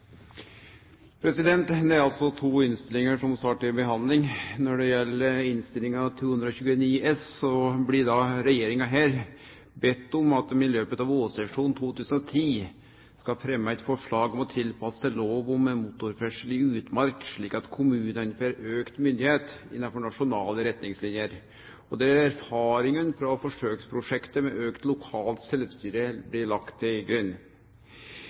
til behandling. Når det gjeld Innst. nr. 229 S, blir regjeringa her bedt om at vi i løpet av vårsesjonen 2010 skal fremme eit forslag om å tilpasse lov om motorferdsel i utmark slik at kommunane får auka myndigheit innanfor nasjonale retningslinjer, og der erfaringane frå forsøksprosjektet med auka lokalt sjølvstyre blir lagt til grunn.